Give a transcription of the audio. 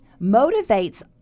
motivates